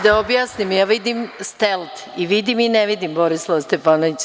Da objasnim, ja vidim stelt i vidim i ne vidim Borislava Stefanovića.